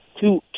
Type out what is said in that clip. two